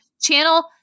channel